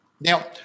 Now